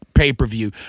pay-per-view